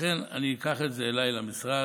לכן אני אקח את זה אליי למשרד.